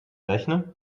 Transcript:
rechne